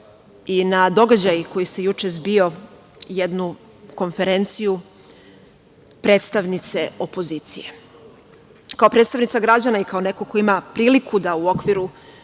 i na događaj koji se juče zbio, jednu konferenciju predstavnice opozicije. Kao predstavnica građana i kao neko ko ima priliku da u okviru